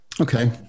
Okay